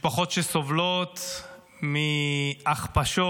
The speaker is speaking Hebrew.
משפחות שסובלות מהכפשות,